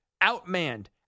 out-manned